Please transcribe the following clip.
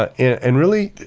and, really,